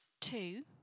Two